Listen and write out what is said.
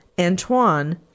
Antoine